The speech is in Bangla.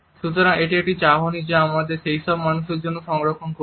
সুতরাং এটি একটি চাহনি যা আমরা সেইসব মানুষের জন্য সংরক্ষণ করি